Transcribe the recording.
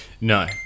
No